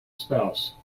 spouse